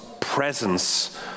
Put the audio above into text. presence